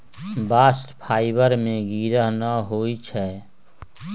bast fibre में गिरह न होई छै